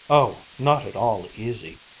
oh, not at all easy!